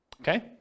Okay